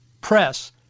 press